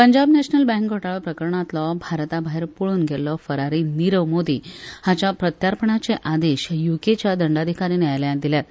Punjab national bank घोटाळो प्रकरणांतलो भारता भायर पळून गेल्लो फराफरी नीरव मोदी हाच्या प्रत्यार्पणाचे आदेश यूकेच्या दंडाधिकारी न्यायालयान दिल्यात